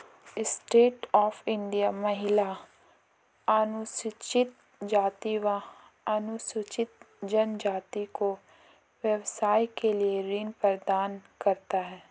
stand up India महिला, अनुसूचित जाति व अनुसूचित जनजाति को व्यवसाय के लिए ऋण प्रदान करता है